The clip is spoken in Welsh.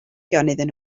iddyn